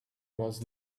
was